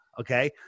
okay